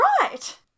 Right